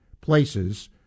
places